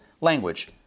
Language